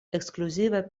ekskluzive